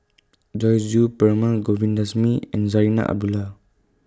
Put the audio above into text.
Joyce Jue Perumal Govindaswamy and Zarinah Abdullah